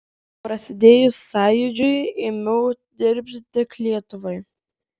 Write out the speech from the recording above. prasidėjus sąjūdžiui ėmiau dirbti tik lietuvai